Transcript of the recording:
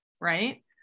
right